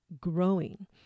growing